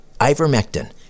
Ivermectin